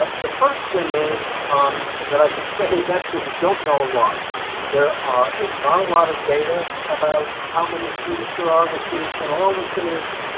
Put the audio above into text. the first thing is um that i should say is actually we don't know a lot there are is not a lot of data about how many students there are with serious mental illnesses